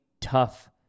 tough